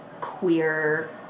queer